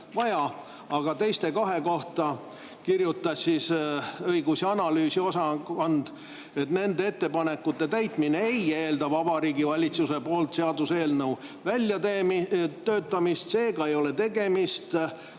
Aga teise kahe kohta kirjutas õigus- ja analüüsiosakond, et nende ettepanekute täitmine ei eelda Vabariigi Valitsuselt seaduseelnõu väljatöötamist. Seega ei ole tegemist